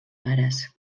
pares